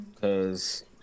cause